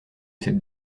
cette